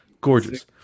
Gorgeous